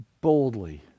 boldly